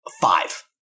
five